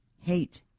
hate